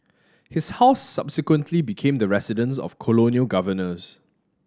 his house subsequently became the residence of colonial governors